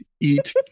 eat